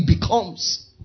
becomes